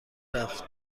رفت